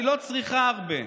אני לא צריכה הרבה,